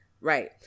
Right